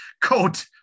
coat